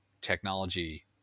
technology